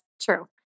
true